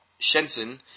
Shenzhen